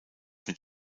mit